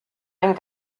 ein